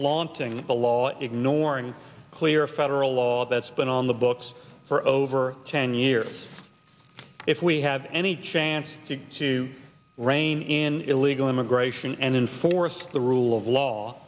flaunting the law ignoring clear federal law that's been on the books for over ten years if we have any chance to rein in illegal immigration and enforce the rule of law